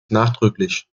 nachdrücklich